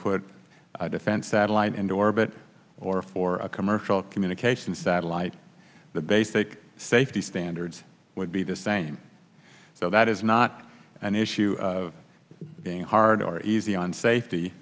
put defense satellite into orbit or for a commercial communication satellite the basic safety standards would be the same so that is not an issue of being hard or easy on safety